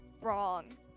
Wrong